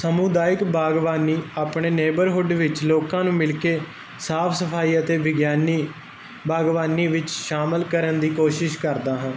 ਸਮੂਦਾਇਕ ਬਾਗਬਾਨੀ ਆਪਣੇ ਨੇਬਰਹੁੱਡ ਵਿੱਚ ਲੋਕਾਂ ਨੂੰ ਮਿਲ ਕੇ ਸਾਫ ਸਫਾਈ ਅਤੇ ਵਿਗਿਆਨੀ ਬਾਗਵਾਨੀ ਵਿੱਚ ਸ਼ਾਮਿਲ ਕਰਨ ਦੀ ਕੋਸ਼ਿਸ਼ ਕਰਦਾ ਹਾਂ